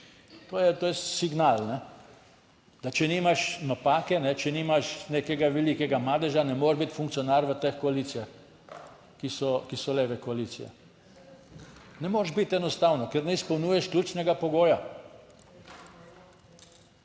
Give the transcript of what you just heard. to je signal, da če nimaš napake, če nimaš nekega velikega madeža, ne more biti funkcionar v teh koalicijah, ki so, ki so leve koalicije. Ne moreš biti enostavno, ker ne izpolnjuješ ključnega pogoja.